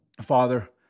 Father